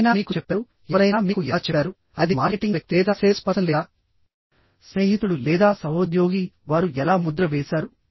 ఎవరైనా మీకు చెప్పారు ఎవరైనా మీకు ఎలా చెప్పారు అది మార్కెటింగ్ వ్యక్తి లేదా సేల్స్ పర్సన్ లేదా స్నేహితుడు లేదా సహోద్యోగి వారు ఎలా ముద్ర వేశారు